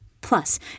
Plus